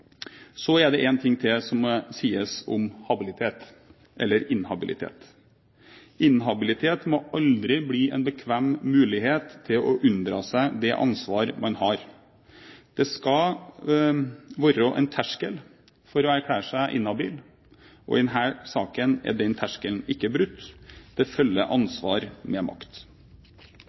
Så er det én ting til som må sies om habilitet, eller inhabilitet: Inhabilitet må aldri bli en bekvem mulighet til å unndra seg det ansvaret man har. Det skal være en terskel for å erklære seg inhabil, og i denne saken er den terskelen ikke tråkket over. Det følger ansvar med makt.